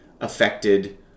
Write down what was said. affected